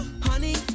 honey